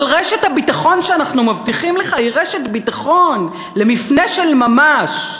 אבל רשת הביטחון שאנחנו מבטיחים היא רשת ביטחון למפנה של ממש,